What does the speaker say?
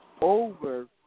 Over